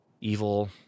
evil